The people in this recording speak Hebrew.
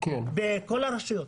נוספים בכל הרשויות.